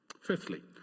Fifthly